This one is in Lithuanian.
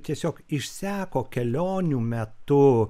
tiesiog išseko kelionių metu